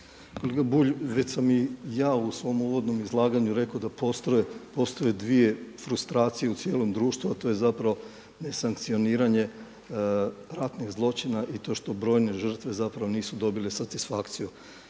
Kolega Bulj već sam i ja u svom uvodom izlaganju rekao da postoje dvije frustracije u cijelom društvu a to je zapravo nesankcioniranje ratnih zločina i to što brojne žrtve zapravo nisu dobile satisfakciju.